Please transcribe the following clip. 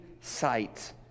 sight